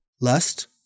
lust